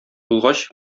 булгач